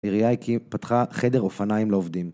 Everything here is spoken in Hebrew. איריאיקי פתחה חדר אופניים לעובדים.